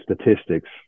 statistics